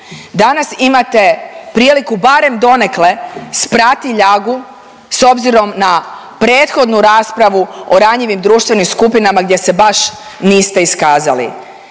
danas imate priliku barem donekle sprati ljagu s obzirom na prethodnu raspravu o ranjivim društvenim skupinama gdje se baš niste iskazali.